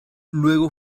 luego